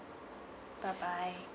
bye bye